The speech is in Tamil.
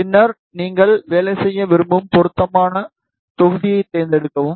பின்னர் நீங்கள் வேலை செய்ய விரும்பும் பொருத்தமான தொகுதியைத் தேர்ந்தெடுக்கவும்